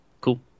cool